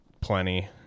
plenty